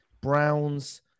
Browns